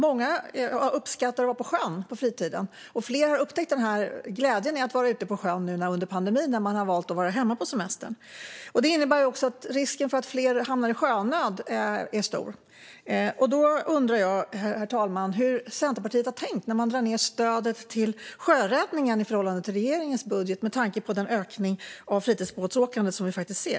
Många uppskattar att vara på sjön på fritiden, och fler har upptäckt glädjen i att vara ute på sjön under pandemin när de har valt att vara hemma på semestern. Det innebär också att risken för att fler hamnar i sjönöd är stor. Jag undrar hur Centerpartiet har tänkt när man drar ned på stödet till sjöräddningen i förhållande till regeringens budget, med tanke på den ökning av fritidsbåtsåkande som vi faktiskt ser.